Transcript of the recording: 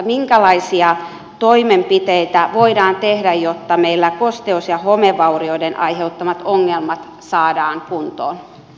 minkälaisia toimenpiteitä voidaan tehdä jotta meillä kosteus ja homevaurioiden aiheuttamat ongelmat saadaan kuntoon